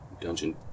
dungeon